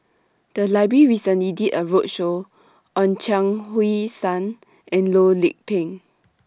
The Library recently did A roadshow on Chuang Hui Tsuan and Loh Lik Peng